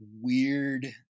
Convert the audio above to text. weird